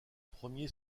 premiers